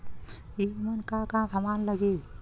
ईमन का का समान लगी?